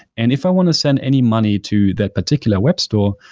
and if i want to send any money to that particular web store,